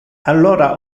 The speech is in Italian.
allora